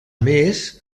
més